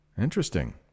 Interesting